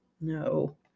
No